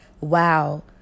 Wow